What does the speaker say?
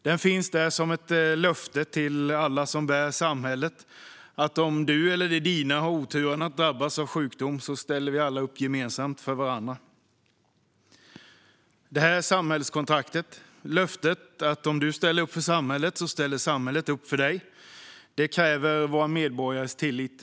Den finns där som ett löfte till alla som bär samhället att om du eller de dina har oturen att drabbas av sjukdom ställer vi alla upp gemensamt för varandra. Detta samhällskontrakt, alltså löftet som innebär att om du ställer upp för samhället ställer samhället upp för dig, kräver våra medborgares tillit.